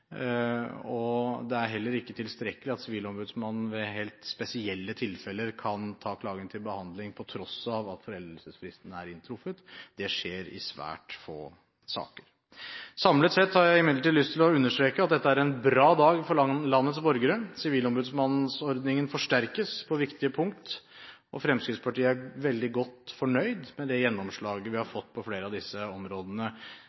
og det er heller ikke tilstrekkelig at Sivilombudsmannen ved helt spesielle tilfeller kan ta klagen til behandling på tross av at foreldelsesfristen er inntruffet. Det skjer i svært få saker. Samlet sett har jeg imidlertid lyst til å understreke at dette er en bra dag for landets borgere. Sivilombudsmannordningen forsterkes på viktige punkter, og Fremskrittspartiet er veldig godt fornøyd med det gjennomslaget vi har